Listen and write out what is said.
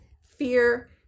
fear